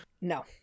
No